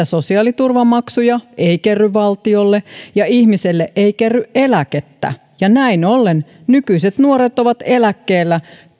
sosiaaliturvamaksuja ei kerry valtiolle ja ihmiselle ei kerry eläkettä ja näin ollen nykyiset nuoret ovat eläkkeellä